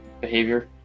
behavior